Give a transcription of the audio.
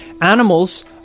animals